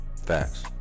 Facts